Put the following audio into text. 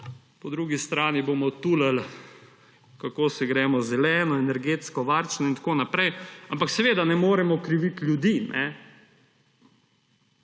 po drugi strani bomo tulili, kako se gremo zeleno, energetsko varčno in tako naprej. Ampak seveda ne moremo kriviti ljudi,